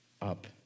up